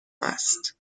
است